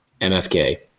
MFK